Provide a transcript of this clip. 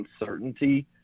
uncertainty